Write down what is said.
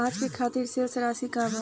आज के खातिर शेष राशि का बा?